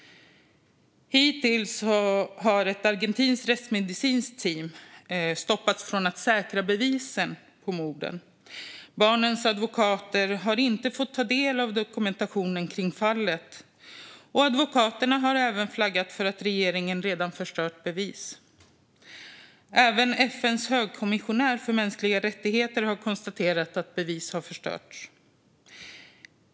Hittills har ett argentinskt rättsmedicinskt team stoppats från att säkra bevisen på morden. Barnens advokater har inte fått ta del av dokumentationen i fallet, och advokaterna har även flaggat för att regeringen redan har förstört bevis. Även FN:s högkommissionär för mänskliga rättigheter har konstaterat att bevis har förstörts.